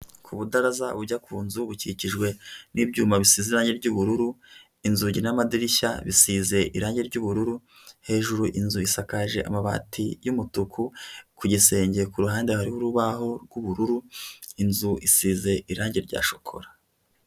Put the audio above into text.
Ku ubudaraza ujya ku nzu bukikijwe n'ibyuma bisiranye by'ubururu inzugi n'amadirishya bisize irangi ry'ubururu hejuru inzu isakaje amabati y'umutuku ku gisenge ku ruhande hariho urubaho rw'ubururu inzu isize irangi rya shokora.